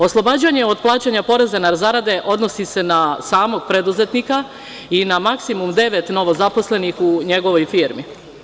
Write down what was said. Oslobađanje od plaćanja poreza na zarade odnosi se na samog preduzetnika i na maksimum devet novozaposlenih u njegovoj firmi.